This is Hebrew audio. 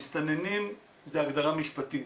מסתננים זה הגדרה משפטית,